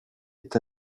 est